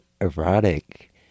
erotic